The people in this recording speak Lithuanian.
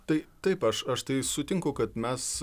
tai taip aš aš tai sutinku kad mes